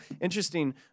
interesting